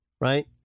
right